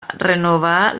renovar